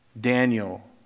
Daniel